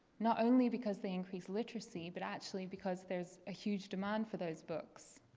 not only because they increase literacy but actually because there is a huge demand for those books.